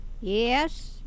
Yes